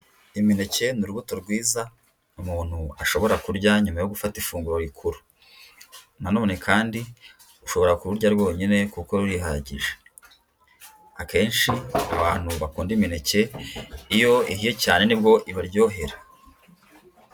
Imineke ni urubuto rwiza umuntu ashobora kurya nyuma yo gufata ifunguro rikuru. Nanone kandi ushobora kururya rwonyine kuko rurihagije, akenshi abantu bakunda imineke iyo ihiye cyane ni bwo ibaryohera.